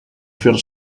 fer